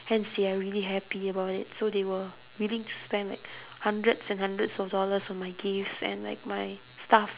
hence they are really happy about it so they were willing to spend like hundreds and hundreds of dollars on my gifts and like my stuff